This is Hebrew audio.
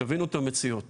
תבינו את המציאות